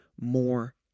more